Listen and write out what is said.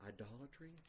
idolatry